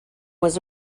was